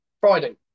Friday